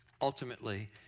ultimately